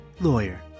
lawyer